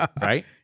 right